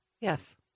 Yes